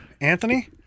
Anthony